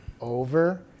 over